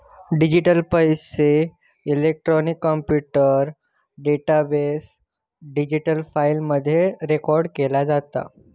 digital पैसो, electronic computer database, digital फाईली मध्ये रेकॉर्ड केलो जाता